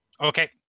Okay